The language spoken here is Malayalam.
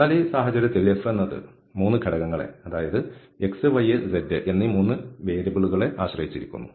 എന്നാൽ ഈ സാഹചര്യത്തിൽ ഈ f എന്നത് 3 ഘടകങ്ങളെ അതായത് x y z എന്നീ 3 വേരിയബിളുകളെ ആശ്രയിച്ചിരിക്കുന്നു